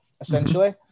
essentially